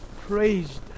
praised